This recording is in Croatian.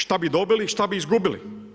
Šta bi dobili, šta bi izgubili?